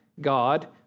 God